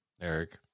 Eric